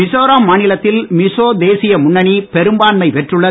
மிசோரம் மாநிலத்தில் மிசோ தேசிய முன்னணி பெரும்பான்மை பெற்றுள்ளது